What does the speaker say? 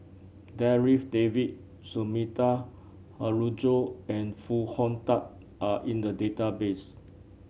Darryl David Sumida Haruzo and Foo Hong Tatt are in the database